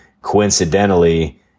Coincidentally